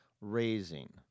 raising